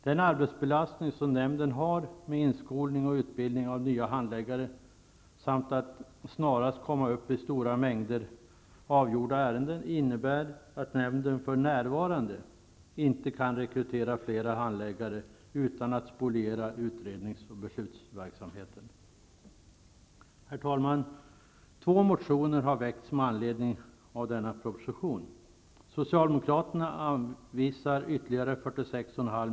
Den arbetsbelastning som nämnden har med inskolning och utbildning av nya handläggare samt ambitionen att snarast komma upp i stora mängder avgjorda ärenden innebär att nämnden för närvarande inte kan rekrytera flera handläggare utan att spoliera utrednings och beslutsverksamheten. Herr talman! Två motioner har väckts med anledning av denna proposition.